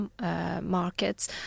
Markets